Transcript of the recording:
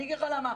אני אגיד לך למה.